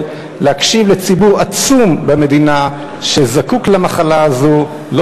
להקשיב לציבור עצום במדינה שזקוק לתרופה הזאת.